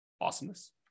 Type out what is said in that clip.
awesomeness